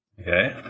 Okay